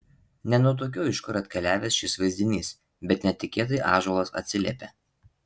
nenutuokiu iš kur atkeliavęs šis vaizdinys bet netikėtai ąžuolas atsiliepia